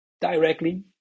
directly